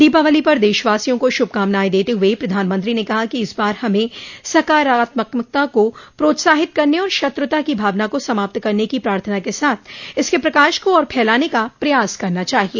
दीपावली पर देशवासियों को शुभकामनाएं देते हुए प्रधानमंत्रो ने कहा कि इस बार हमें सकारात्मकता को प्रोत्साहित करने और शत्रुता की भावना को समाप्त करने की प्रार्थना के साथ इसके प्रकाश को और फैलाने का प्रयास करना चाहिए